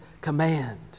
command